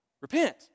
Repent